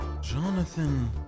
Jonathan